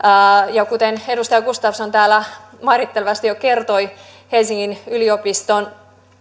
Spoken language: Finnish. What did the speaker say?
ja kuten edustaja gustafsson täällä mairittelevasti jo kertoi helsingin yliopiston